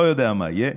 לא יודע מה יהיה.